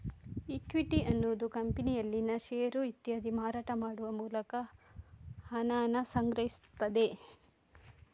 equity ಅನ್ನುದು ಕಂಪನಿಯಲ್ಲಿನ share ಇತ್ಯಾದಿ ಮಾರಾಟ ಮಾಡುವ ಮೂಲಕ ಹಣಾನ ಸಂಗ್ರಹಿಸ್ತದೆ